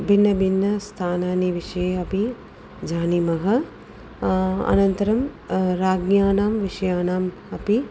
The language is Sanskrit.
भिन्नभिन्नस्थानानां विषये अपि जानीमः अनन्तरं राज्ञान् विषयाणाम् अपि